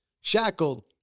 shackled